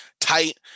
tight